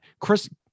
Chris